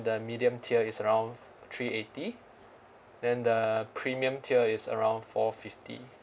the medium tier is around three eighty then the premium tier is around four fifty